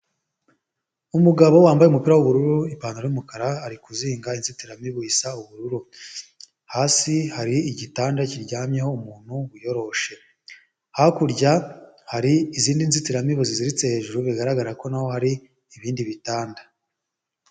Umugabo wambaye umupira w'ubururu, ipantaro y'umukara ari kuzinga inzitiramibu isa ubururu. Hasi hari igitanda kiryamyeho umuntu wiyoroshe. Hakurya hari izindi nzitiramibu ziziritse hejuru bigaragara ko naho hari ibindi bitanda.